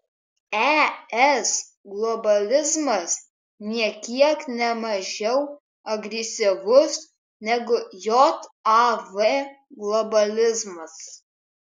es globalizmas nė kiek ne mažiau agresyvus negu jav globalizmas